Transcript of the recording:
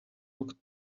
looked